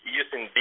using